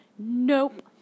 Nope